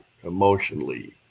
emotionally